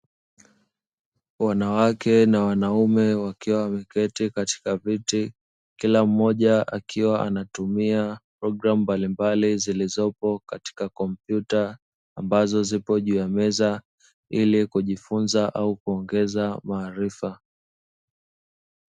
Wanawake na wanaume wakiwa wameketi katika viti. Kila mmoja akiwa anatumia programu mbalimbali zilizopo katika kompyuta, ambazo zipo juu ya meza, ili kujifunza au kuongeza maarifa.